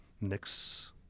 next